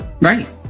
Right